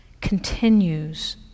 continues